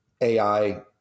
AI